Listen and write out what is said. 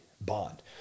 bond